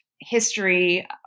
history